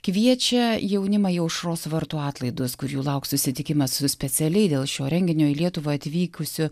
kviečia jaunimą į aušros vartų atlaidus kur jų lauks susitikimas su specialiai dėl šio renginio į lietuvą atvykusiu